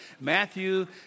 Matthew